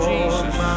Jesus